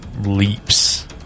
leaps